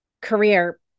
career